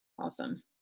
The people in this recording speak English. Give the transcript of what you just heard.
Awesome